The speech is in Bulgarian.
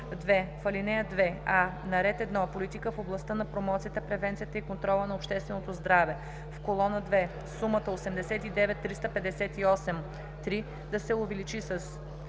2. В ал. 2: а) на ред 1 „Политика в областта на промоцията, превенцията и контрола на общественото здраве“, в колона 2 сумата „89 358,3“ да се увеличи с